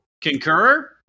Concur